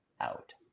out